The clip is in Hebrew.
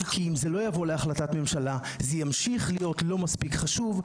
כי אם זה לא יבוא להחלטת ממשלה זה ימשיך להיות לא מספיק חשוב,